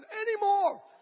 anymore